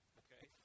okay